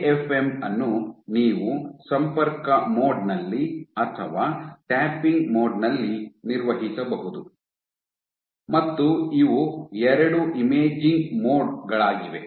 AFM ಅನ್ನು ನೀವು ಸಂಪರ್ಕ ಮೋಡ್ ನಲ್ಲಿ ಅಥವಾ ಟ್ಯಾಪಿಂಗ್ ಮೋಡ್ ನಲ್ಲಿ ನಿರ್ವಹಿಸಬಹುದು ಮತ್ತು ಇವು ಎರಡು ಇಮೇಜಿಂಗ್ ಮೋಡ್ ಗಳಾಗಿವೆ